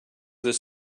this